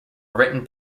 written